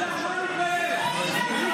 על מה אני אתבייש?